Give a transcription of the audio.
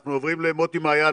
אנחנו עוברים למוטי מעיין,